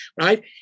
right